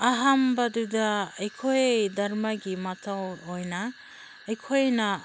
ꯑꯍꯥꯟꯕꯗꯨꯗ ꯑꯩꯈꯣꯏ ꯙꯔꯃꯒꯤ ꯃꯊꯧ ꯑꯣꯏꯅ ꯑꯩꯈꯣꯏꯅ